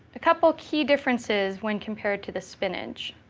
a couple key differences when compared to the spinach.